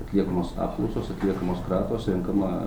atliekamos apklausos atliekamos kratos renkama